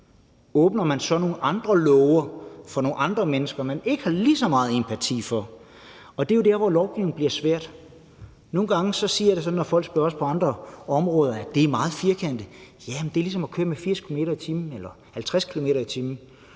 Åbner man så nogle andre låger for nogle andre mennesker, man ikke har lige så meget sympati for? Og det er jo der, hvor lovgivning bliver svært. Nogle gange siger jeg det sådan, når folk spørger også på andre områder, om det ikke er meget firkantet: Ja, men det er ligesom at køre med 50 km/t. Når du kører 54 km/t.